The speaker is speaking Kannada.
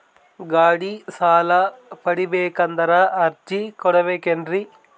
ಗಾಡಿ ಸಾಲ ಪಡಿಬೇಕಂದರ ಅರ್ಜಿ ಕೊಡಬೇಕೆನ್ರಿ?